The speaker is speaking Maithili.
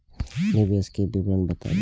निवेश के विवरण बताबू?